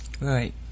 Right